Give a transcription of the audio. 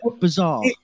bizarre